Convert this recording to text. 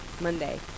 Monday